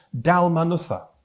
Dalmanutha